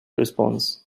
response